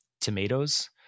tomatoes